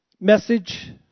message